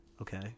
Okay